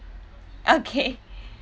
okay